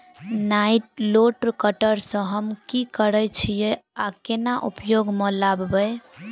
Nylon cutter सँ हम की करै छीयै आ केना उपयोग म लाबबै?